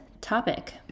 topic